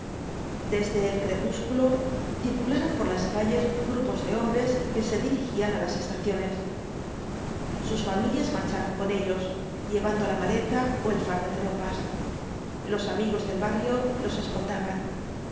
desde el crepúsculo circularon por las calles grupos de hombres que se dirigían á las estaciones sus familias marchaban con ellos llevando la maleta ó el fardo de ropas los amigos del barrio los escoltaban